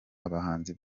abahanzi